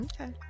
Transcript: Okay